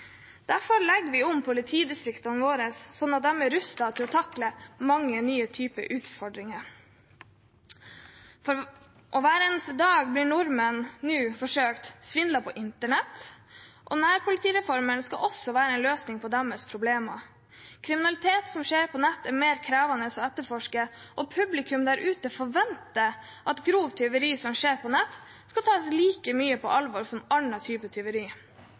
Derfor legger vi om politidistriktene våre, slik at de er rustet til å takle mange nye typer utfordringer. Hver eneste dag blir nordmenn forsøkt svindlet på internett, og nærpolitireformen skal også være en løsning på deres problemer. Kriminalitet som skjer på nettet, er mer krevende å etterforske, og publikum der ute forventer at grovt tyveri som skjer på nettet, skal tas like mye på alvor som annet tyveri.